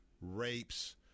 rapes